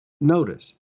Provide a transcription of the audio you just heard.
notice